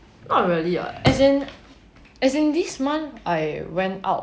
not really what as in as in this month I went out